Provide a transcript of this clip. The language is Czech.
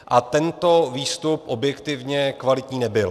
A tento výstup objektivně kvalitní nebyl.